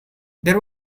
there